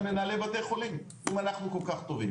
מנהלי בתי חולים אם אנחנו כל כך טובים?